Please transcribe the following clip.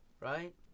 Right